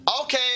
okay